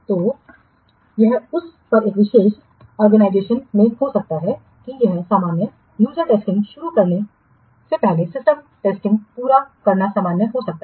तो यह उस पर एक विशेष ऑर्गेनाइजेशन में हो सकता है कि यह सामान्य यूजर टेस्टिंग शुरू करने से पहले सिस्टम परीक्षण पूरा करना सामान्य हो सकता है